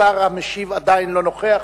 השר המשיב אינו נוכח.